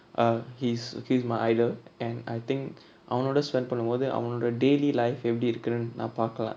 uh he's he's my idol and I think அவனோட:avanoda spent பன்னும்போது அவனோட:pannumpothu avanoda daily life எப்டி இருக்குனு நா பாக்களா:epdi irukunu na paakala